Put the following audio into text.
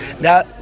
Now